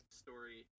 story